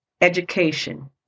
education